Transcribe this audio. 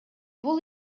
бул